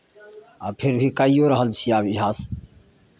आ फिर भी कैओ रहल छियै अभ्यास